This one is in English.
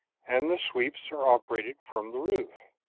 and the sweeps are operated from the roof.